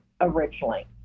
originally